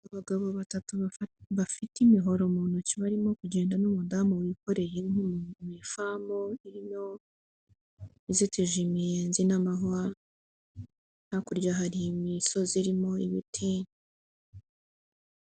Abagabo batatu bafite imihoro mu ntoki barimo kugenda n'umudamu wikoreye mu ifamu irimo izitije imiyenzi n'amahwa. Hakurya hari imisozi irimo ibiti.